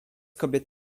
kobiet